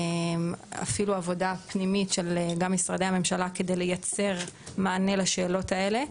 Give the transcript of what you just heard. אפילו עבודה פנימית גם של משרדי הממשלה כדי לייצר מענה לשאלות האלה.